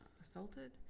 assaulted